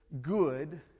good